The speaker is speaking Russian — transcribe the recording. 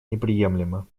неприемлемо